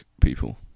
people